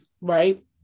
right